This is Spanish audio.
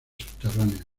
subterráneas